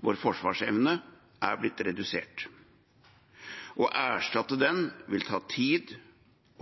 Vår forsvarsevne har blitt redusert. Å erstatte den vil ta tid